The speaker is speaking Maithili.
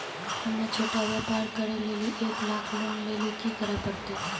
हम्मय छोटा व्यापार करे लेली एक लाख लोन लेली की करे परतै?